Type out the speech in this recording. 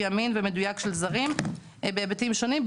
אמין ומדויק של זרים בהיבטים שונים,